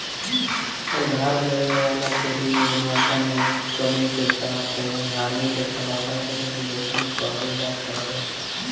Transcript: उधार लेवे वाला के ऋण गुणवत्ता में कमी के साथे हानि के संभावना के ऋण जोखिम कहल जात हवे